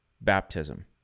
baptism